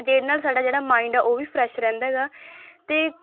ਜਿਹਦੇ ਨਾਲ ਸਾਡਾ ਜਿਹੜਾ ਮਾਇੰਡ ਆ ਉਹ ਵੀ ਫਰੈਸ਼ ਰਹਿੰਦਾ ਗਾ ਅਤੇ